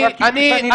אני לא נגדו, אני בעד.